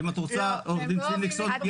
ואם את רוצה עוה"ד צבי ניקסון יסביר.